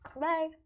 Bye